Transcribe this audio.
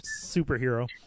superhero